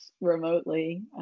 remotely